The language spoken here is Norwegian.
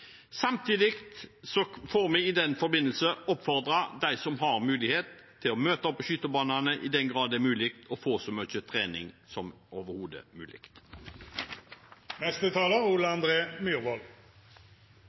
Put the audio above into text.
Samtidig får vi i den forbindelse oppfordre dem som har mulighet, til å møte opp på skytebanene i den grad det er mulig og få så mye trening som overhodet mulig. Det er